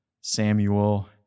Samuel